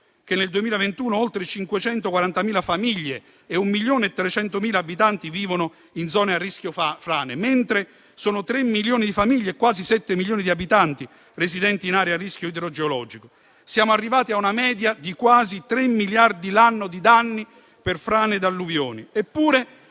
dati del 2021, oltre 540.000 famiglie e 1,3 milioni di abitanti vivono in zone a rischio frane, mentre ci sono 3 milioni di famiglie e quasi 7 milioni di abitanti residenti in aree a rischio idrogeologico. Siamo arrivati a una media di quasi 3 miliardi l'anno di danni per frane e alluvioni,